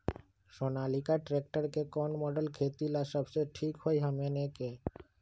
Sonalika tractor के कौन model खेती ला सबसे ठीक होई हमने की?